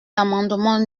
l’amendement